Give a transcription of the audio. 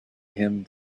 him